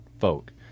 folk